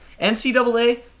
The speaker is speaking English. NCAA